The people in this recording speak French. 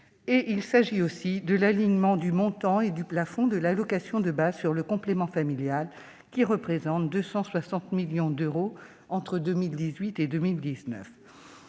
d'euros, et de l'alignement du montant et du plafond de l'allocation de base sur le complément familial, qui représente 260 millions d'euros non perçus entre 2018 et 2019.